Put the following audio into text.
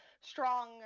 strong